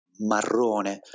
Marrone